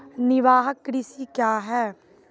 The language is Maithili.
निवाहक कृषि क्या हैं?